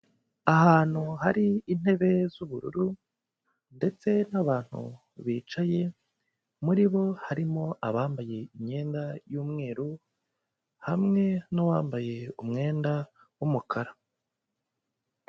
Ahantu hari intebe z'ubururu ndetse n'abantu bicaye, muri bo harimo abambaye imyenda y'umweru hamwe n'uwambaye umwenda w'umukara.